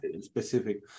specific